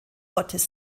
gottes